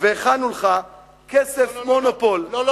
והכנו לך כסף "מונופול" לא,